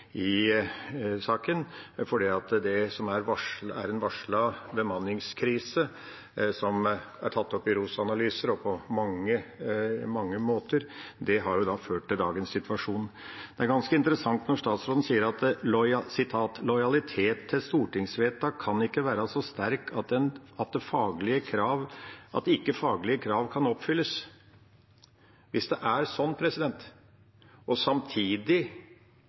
tatt opp i ROS-analyser og på mange måter – som har ført til dagens situasjon. Det er ganske interessant når statsråden sier at lojaliteten til stortingsvedtak ikke kan være så sterk at ikke faglige krav kan oppfylles. Hvis det er sånn – og samtidig,